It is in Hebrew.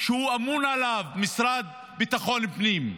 שהוא אמון עליו, המשרד לביטחון פנים.